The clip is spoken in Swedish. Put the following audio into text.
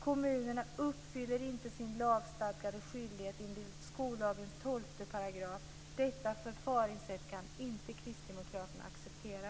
Kommunerna uppfyller inte sin lagstadgade skyldighet enligt skollagens 12 §. Detta förfaringssätt kan inte Kristdemokraterna acceptera.